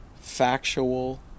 factual